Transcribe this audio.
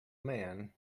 man